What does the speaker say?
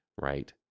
right